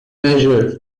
measure